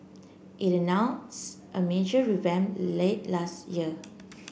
it announced a major revamp late last year